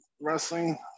Wrestling